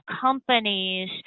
companies